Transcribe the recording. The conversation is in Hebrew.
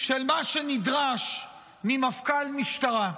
של מה שנדרש ממפכ"ל משטרה,